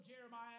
Jeremiah